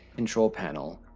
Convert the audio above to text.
control panel,